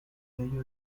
ello